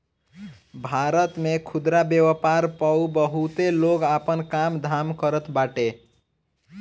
भारत में खुदरा व्यापार पअ बहुते लोग आपन काम धाम करत बाटे